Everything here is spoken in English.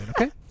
okay